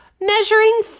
measuring